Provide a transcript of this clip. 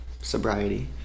sobriety